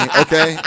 okay